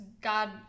God